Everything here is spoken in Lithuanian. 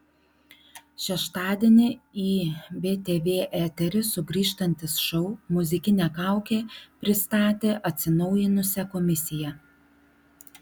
šeštadienį į btv eterį sugrįžtantis šou muzikinė kaukė pristatė atsinaujinusią komisiją